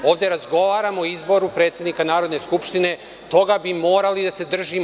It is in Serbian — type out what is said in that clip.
Ovde razgovaramo o izboru predsednika Narodne skupštine i toga bi morali da se držimo.